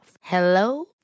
Hello